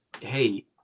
hey